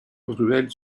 ruelle